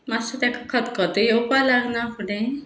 मातसो ताका खतखतो येवपा लागना फुडें